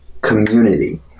community